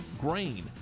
grain